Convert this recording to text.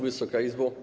Wysoka Izbo!